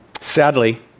Sadly